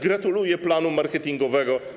Gratuluję planu marketingowego.